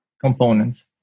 components